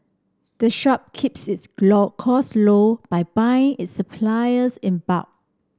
the shop keeps its costs low by buying its supplies in bulk